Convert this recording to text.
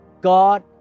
God